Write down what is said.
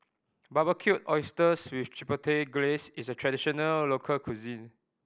Barbecued Oysters with Chipotle Glaze is a traditional local cuisine